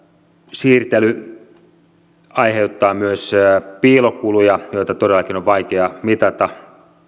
siirtely aiheuttaa myös piilokuluja joita todellakin on vaikea mitata